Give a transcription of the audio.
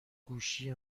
گوشی